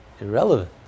irrelevant